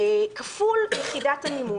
כפול יחידת המימון.